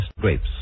grapes